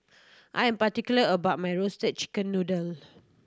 I'm particular about my Roasted Chicken Noodle